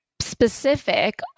specific